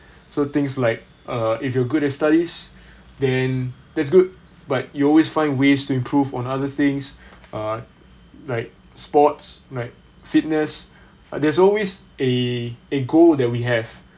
so things like uh if you're good at studies then that's good but you always find ways to improve on other things uh like sports like fitness uh there's always a a goal that we have